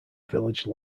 village